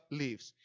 leaves